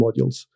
modules